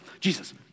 Jesus